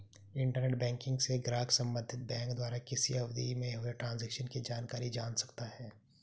internet banking से ग्राहक संबंधित बैंक द्वारा किसी अवधि में हुए ट्रांजेक्शन की जानकारी जान सकता है